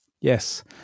Yes